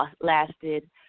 lasted